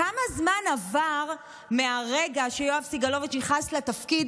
כמה זמן עבר מהרגע שיואב סגלוביץ' נכנס לתפקיד